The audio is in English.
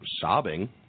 sobbing